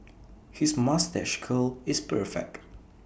his moustache curl is perfect